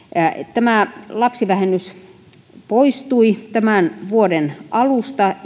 tämä lapsivähennys poistui tämän vuoden alusta